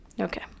Okay